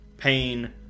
pain